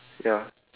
ya